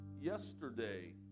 yesterday